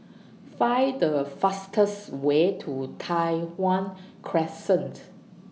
Find The fastest Way to Tai Hwan Crescent